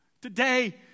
Today